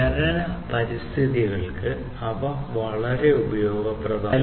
ഖനന പരിതസ്ഥിതികൾക്ക് അവ വളരെ ഉപയോഗപ്രദമാണ്